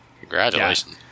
Congratulations